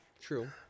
True